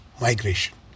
migration